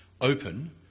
open